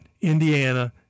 Indiana